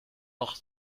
noch